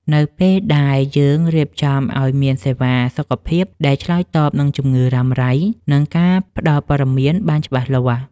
នៅពេលដែលយើងរៀបចំឱ្យមានសេវាសុខភាពដែលឆ្លើយតបនឹងជំងឺរ៉ាំរ៉ៃ និងការផ្ដល់ព័ត៌មានបានច្បាស់លាស់។